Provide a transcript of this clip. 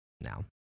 now